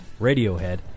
Radiohead